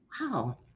Wow